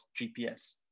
GPS